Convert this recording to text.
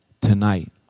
tonight